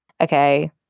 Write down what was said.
Okay